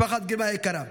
משפחת גרמאי היקרה,